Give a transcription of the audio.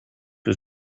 was